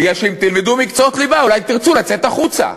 בגלל שאם תלמדו מקצועות ליבה אולי תרצו לצאת החוצה,